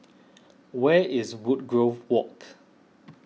where is Woodgrove Walk